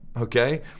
okay